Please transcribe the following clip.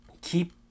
keep